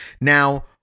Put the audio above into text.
Now